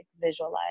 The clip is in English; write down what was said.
visualize